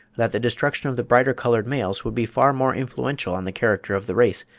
that the destruction of the brighter-coloured males would be far more influential on the character of the race,